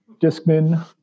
Discman